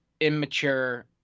immature